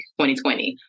2020